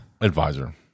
Advisor